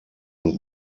und